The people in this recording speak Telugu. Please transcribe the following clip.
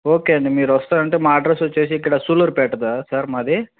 ఓకే అండి మీరు వస్తాను అంటే మా అడ్రెస్ వచ్చేసి ఇక్కడ సూళ్ళూరిపేట దా సార్ మాది